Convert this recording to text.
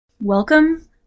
Welcome